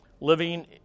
living